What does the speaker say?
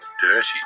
dirty